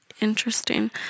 Interesting